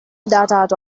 datato